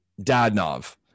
Dadnov